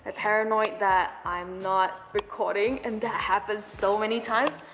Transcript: ah paranoid that i'm not recording. and that happens so many times.